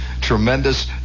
tremendous